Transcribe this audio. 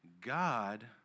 God